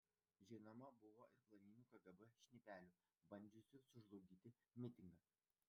žinoma buvo ir planinių kgb šnipelių bandžiusių sužlugdyti mitingą